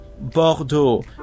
Bordeaux